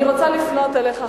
אני רוצה לפנות אליך,